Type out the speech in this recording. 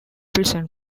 prison